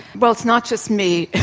well, it's not just me.